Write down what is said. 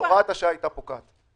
הוראת השעה היתה פוקעת.